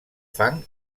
fang